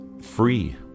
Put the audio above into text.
free